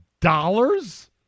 Dollars